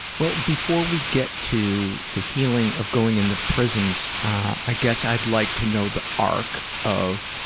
well before we get to the healing of going in the prisons, i guess i'd like to know the arc of